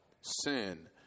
sin